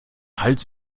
hals